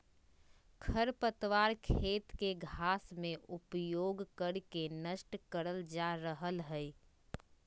खरपतवार खेत के घास में उपयोग कर के नष्ट करल जा रहल हई